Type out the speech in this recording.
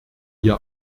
hier